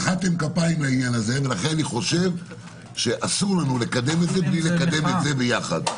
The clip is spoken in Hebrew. לכן אני חושב שאסור לנו לקדם את זה בלי לקדם את זה ביחד.